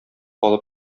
алып